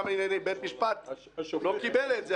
בית המשפט לא קיבל את זה,